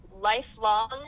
lifelong